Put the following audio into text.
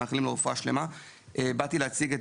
בארץ המקרה של בני ברק